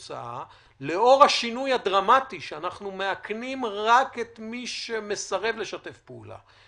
ולאור השינוי הדרמטי שאנחנו מאכנים רק את מי שמסרב לשתף פעולה,